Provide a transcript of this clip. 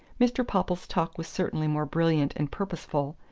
mr. popple's talk was certainly more brilliant and purposeful,